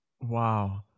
Wow